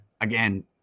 again